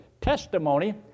testimony